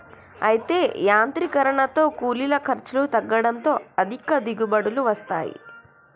అయితే యాంత్రీకరనతో కూలీల ఖర్చులు తగ్గడంతో అధిక దిగుబడులు వస్తాయి